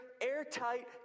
airtight